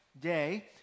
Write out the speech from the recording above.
day